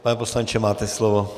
Pane poslanče, máte slovo.